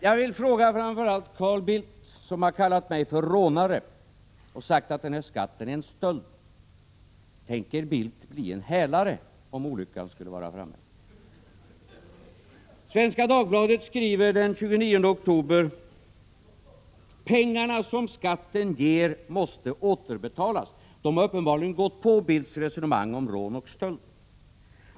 Jag vill fråga framför allt Carl Bildt, som har kallat mig för rånare och sagt att den här skatten är en stöld: Tänker Bildt bli en hälare om olyckan skulle vara framme? Svenska Dagbladet skriver den 29 oktober: Pengarna som skatten ger måste återbetalas. De har uppenbarligen gått på Bildts resonemang om rån och stöld.